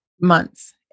months